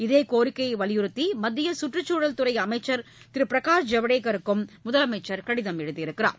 இதே கோரிக்கையை வலியுறுத்தி மத்திய கற்றுச்சூழல் துறை அமைச்ச் திரு பிரகாஷ் ஜவடேக்கருக்கும் முதலமைச்சர் கடிதம் எழுதியுள்ளார்